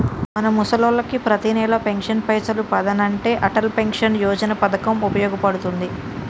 మన ముసలోళ్ళకి పతినెల పెన్షన్ పైసలు పదనంటే అటల్ పెన్షన్ యోజన పథకం ఉపయోగ పడుతుంది